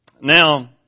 Now